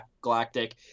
Galactic